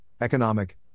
economic